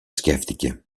σκέφτηκε